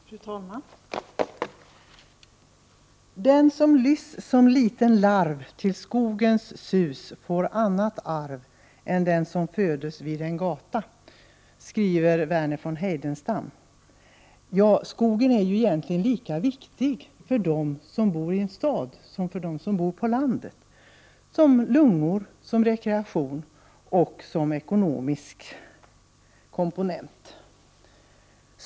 Fru talman! Den som lyss som liten larv till skogens sus får annat arv än den som födes vid en gata skriver Verner von Heidenstam. Ja, skogen är egentligen lika viktig för dem som bor i en stad som för dem som bor på landet, som lungor för rekreationsändamål och som ekonomisk faktor.